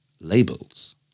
Labels